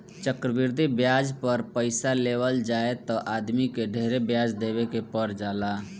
चक्रवृद्धि ब्याज पर पइसा लेवल जाए त आदमी के ढेरे ब्याज देवे के पर जाला